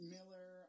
Miller